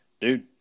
Dude